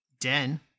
Den